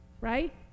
right